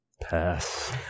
Pass